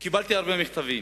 קיבלתי הרבה מכתבים.